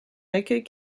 accueil